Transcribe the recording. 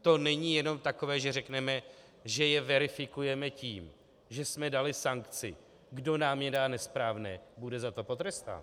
To není jenom takové, že řekneme, že je verifikujeme tím, že jsme dali sankci, kdo nám je dá nesprávné, bude za to potrestán.